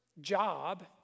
job